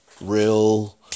real